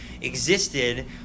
existed